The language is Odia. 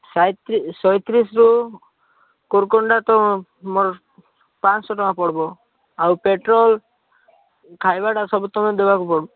ଶହେ ତିରିଶରୁ କୁରକୁଣ୍ଡାତ ମୋର ପାଞ୍ଚଶହ ଟଙ୍କା ପଡ଼ିବ ଆଉ ପେଟ୍ରୋଲ ଖାଇବାଟା ସବୁ ତୁମେ ଦେବାକୁ ପଡ଼ିବ